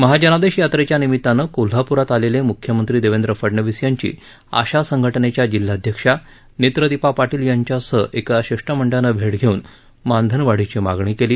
महाजनादेश यात्रेच्या निमित्तानं कोल्हापुरात आलेले मुख्यमंत्री देवेंद्र फडणवीस यांची आशा संघटनेच्या जिल्हाध्यक्षा नेत्रदिपा पाटील यांच्यासह एका शिष्ट मंडळानं भेट घेऊन मानधनवाढीची मागणी केली